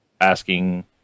asking